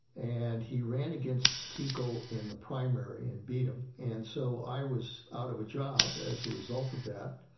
and he ran against kuchel in the primary and beat them. and so, i was out of a job as a result of that,